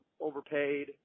overpaid